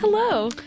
Hello